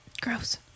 Gross